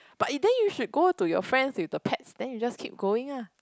but you then you should go to your friends with the pets then you just keep going lah